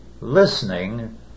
listening